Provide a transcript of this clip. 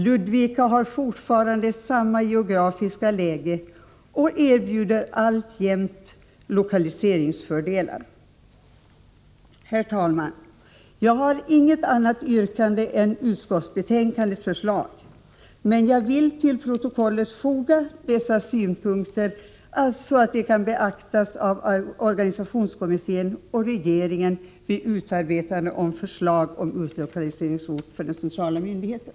Ludvika har fortfarande samma geografiska läge och erbjuder alltjämt lokaliseringsfördelar. Herr talman! Jag har inget annat yrkande än bifall till utskottets förslag, men jag ville till protokollet foga dessa synpunkter, så att de kan beaktas av organisationskommittén och regeringen vid utarbetande av förslag till lokaliseringsort för den centrala myndigheten.